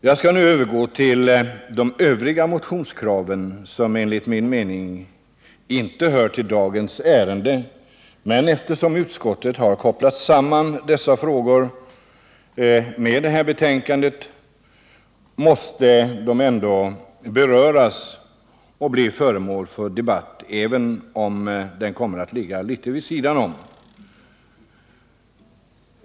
Jag skall nu övergå till de övriga motionskraven som enligt min mening inte hör till dagens ärende. Eftersom utskottet har kopplat samman dessa frågor i det här betänkandet, måste de ändå beröras och bli föremål för debatt, även om det blir en debatt som kommer att ligga litet vid sidan om de frågor som anges i rubriceringen för dagens debatt.